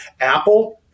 Apple